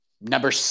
Number